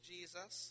Jesus